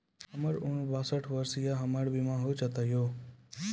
हमर उम्र बासठ वर्ष या हमर बीमा हो जाता यो?